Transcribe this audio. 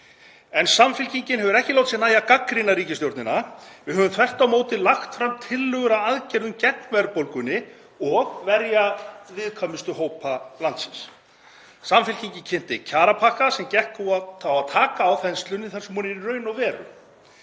En Samfylkingin hefur ekki látið sér nægja að gagnrýna ríkisstjórnina. Við höfum þvert á móti lagt fram tillögur að aðgerðum gegn verðbólgunni og til að verja viðkvæmustu hópa landsins. Samfylkingin kynnti kjarapakka sem gekk út á að taka á þenslunni þar sem hún er í raun og veru,